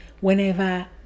whenever